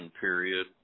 period